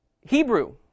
Hebrew